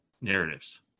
narratives